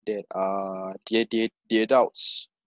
that uh the ad~ the ad~ the adults